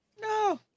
No